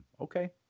Okay